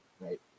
right